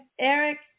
Eric